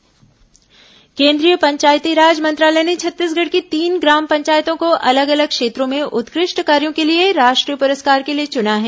पंचायत पुरस्कार केंद्रीय पंचायती राज मंत्रालय ने छत्तीसगढ़ की तीन ग्राम पंचायतों को अलग अलग क्षेत्रों में उत्कृष्ट कार्यो के लिए राष्ट्रीय पुरस्कार के लिए चुना है